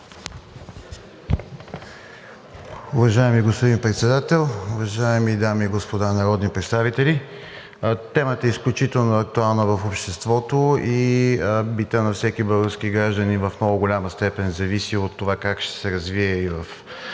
Уважаеми господин Председател, уважаеми дами и господа народни представители! Темата е изключително актуална в обществото и бита на всеки български гражданин и в много голяма степен зависи от това как ще се развие и в